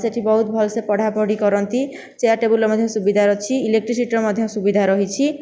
ସେହିଠି ବହୁତ ଭଲ ସେ ପଢ଼ାପଢ଼ି କରନ୍ତି ଚେୟାର ଟେବୁଲ୍ରେ ମଧ୍ୟ ସୁବିଧା ଅଛି ଇଲେକ୍ଟ୍ରିସିଟିର ମଧ୍ୟ ସୁବିଧା ରହିଛି